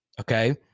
Okay